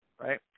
right